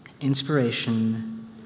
inspiration